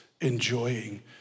enjoying